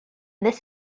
this